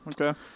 okay